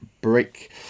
break